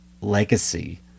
legacy